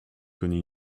connait